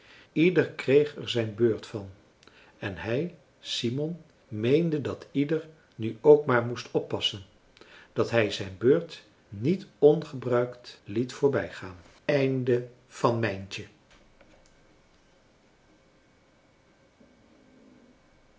ieder kreeg er zijn beurt van en hij simon meende dat ieder nu ook maar moest oppassen dat hij zijn beurt niet ongebruikt